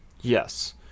Yes